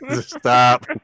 Stop